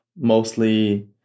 mostly